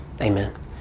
Amen